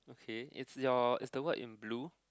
okay is your is the word in blue